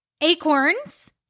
acorns